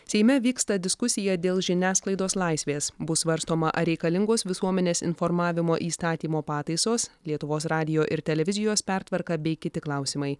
seime vyksta diskusija dėl žiniasklaidos laisvės bus svarstoma ar reikalingos visuomenės informavimo įstatymo pataisos lietuvos radijo ir televizijos pertvarka bei kiti klausimai